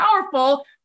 powerful